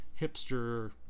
hipster